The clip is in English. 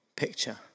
picture